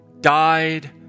died